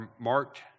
marked